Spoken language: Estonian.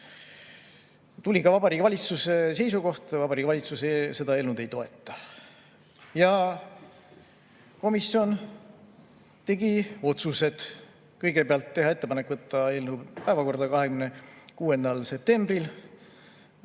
Tuli ka Vabariigi Valitsuse seisukoht: Vabariigi Valitsus seda eelnõu ei toeta. Komisjon tegi otsused. Kõigepealt, teha ettepanek võtta eelnõu päevakorda 26. septembril,